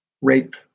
rape